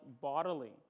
bodily